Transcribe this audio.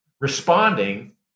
responding